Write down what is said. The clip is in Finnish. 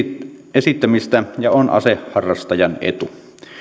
esittämistä ja on aseharrastajan etu